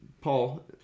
Paul